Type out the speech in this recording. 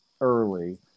early